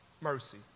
mercy